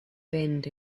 bend